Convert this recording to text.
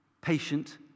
patient